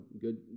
good